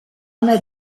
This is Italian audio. una